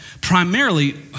Primarily